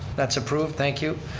that's approved, thank you.